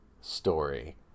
story